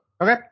Okay